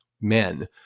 men